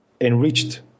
enriched